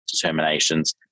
determinations